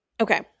Okay